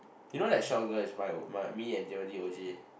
you know that short girl is my my me and Timothy O_G